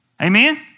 Amen